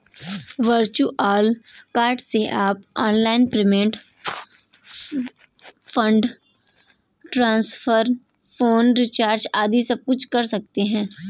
virtual card से आप online payment, fund transfer, phone recharge आदि सबकुछ कर सकते हैं